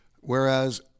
whereas